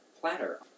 platter